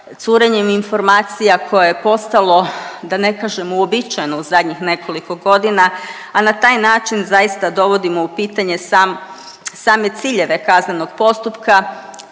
curenjem informacija koje je postalo, da ne kažem uobičajeno u zadnjih nekoliko godina, a na taj način zaista dovodimo u pitanje sam, same ciljeve kaznenog postupka,